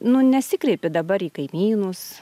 nu nesikreipi dabar į kaimynus